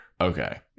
okay